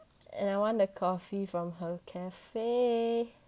and I want the coffee from her cafe